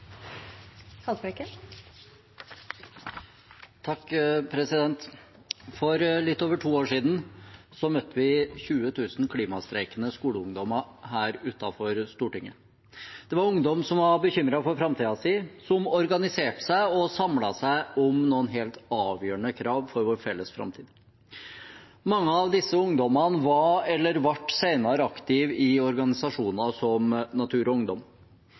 For litt over to år siden møtte vi 20 000 klimastreikende skoleungdommer her utenfor Stortinget. Det var ungdom som var bekymret for framtiden sin, som organiserte seg og samlet seg om noen helt avgjørende krav for vår felles framtid. Mange av disse ungdommene var eller ble senere aktive i organisasjoner som Natur og Ungdom.